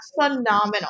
phenomenal